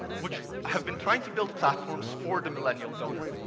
which have been trying to build platforms for the millennial donor.